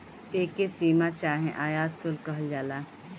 एके सीमा चाहे आयात शुल्क कहल जाला